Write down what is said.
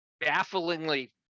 bafflingly